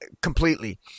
completely